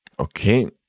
Okay